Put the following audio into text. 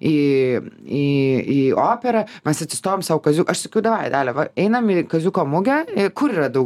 į į į operą mes atsistojom sau kaziuk aš sakiau davai dalia einam į kaziuko mugę kur yra daug